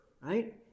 Right